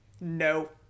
No